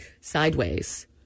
sideways